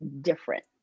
different